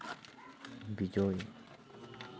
Bijoy